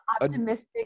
optimistic